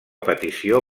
petició